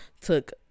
took